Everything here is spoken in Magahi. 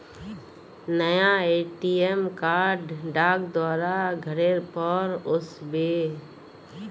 नया ए.टी.एम कार्ड डाक द्वारा घरेर पर ओस बे